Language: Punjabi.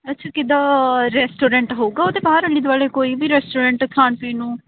ਅੱਛਾ ਕਿੱਦਾਂ ਰੈਸਚੋਰੈਂਟ ਹੋਊਗਾ ਉਹਦੇ ਬਾਹਰ ਦੁਆਲੇ ਕੋਈ ਵੀ ਰੈਸਟੋਰੈਂਟ ਖਾਣ ਪੀਣ ਨੂੰ